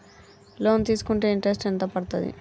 Loan తీస్కుంటే interest ఎంత పడ్తది?